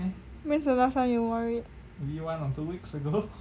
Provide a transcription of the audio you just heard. when's the last time you wore it